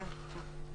כן.